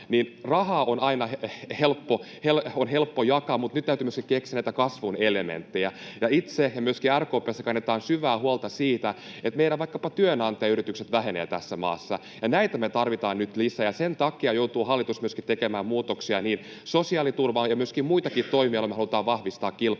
rahaa on aina helppo jakaa, mutta nyt täytyy myöskin keksiä näitä kasvun elementtejä. Minä itse ja myöskin meillä RKP:ssä kannetaan syvää huolta siitä, että vaikkapa työnantajayritykset vähenevät tässä maassa, ja näitä me tarvitaan nyt lisää. Sen takia hallitus joutuu myöskin tekemään muutoksia sosiaaliturvaan ja muitakin toimia, joilla me halutaan vahvistaa kilpailukykyä